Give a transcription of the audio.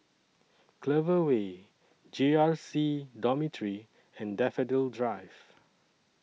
Clover Way J R C Dormitory and Daffodil Drive